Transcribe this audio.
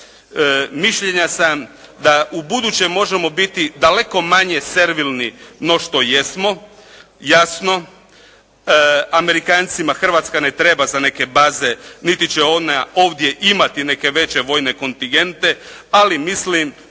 mišljenja sam da ubuduće možemo biti daleko manje servilni no što jesmo. Jasno, Amerikancima Hrvatska ne treba za neke baze, niti će ona ovdje imati neke veće vojne kontigente, ali mislim